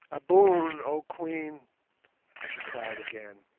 a boon, oh queen she cried again.